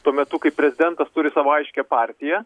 tuo metu kai prezidentas turi savo aiškią partiją